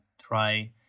try